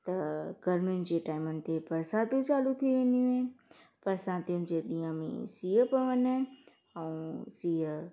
त गरमियुनि जे टाइमनि ते बरसातूं चालू थी वेंदियूं आहिनि बरसातियुनि जे ॾींहं में सीउ पवंदा आहिनि ऐं सीउ